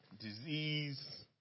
disease